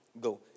Go